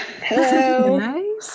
Hello